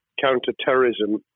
counter-terrorism